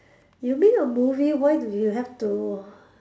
you mean a movie why do you have to